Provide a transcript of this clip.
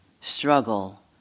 struggle